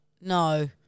no